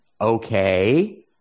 okay